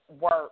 work